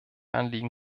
anliegen